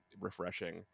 refreshing